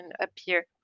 appear